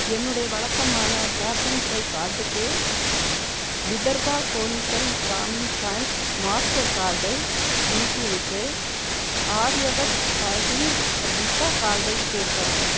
என்னுடைய வழக்கமான tap and pay கார்டுக்கு விதர்பா கோன்கன் கிராமின் பேங்க் மாஸ்டர் கார்டை நீக்கிவிட்டு ஆரியவர்த் பேங்க்கிங் விஸா கார்டை சேர்க்கவும்